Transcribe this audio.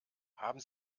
haben